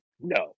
No